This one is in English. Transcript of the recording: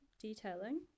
detailing